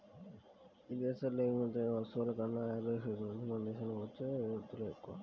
ఇదేశాలకు ఎగుమతయ్యే వస్తువుల కన్నా యేరే దేశాల నుంచే మన దేశానికి వచ్చే వత్తువులే ఎక్కువ